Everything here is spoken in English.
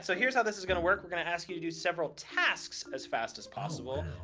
so here's how this is gonna work we're gonna ask you to do several tasks as fast as possible.